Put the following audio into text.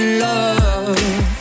love